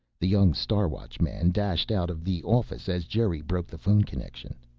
the young star watchman dashed out of the office as geri broke the phone connection.